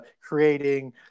creating